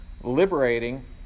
liberating